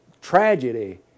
tragedy